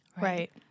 Right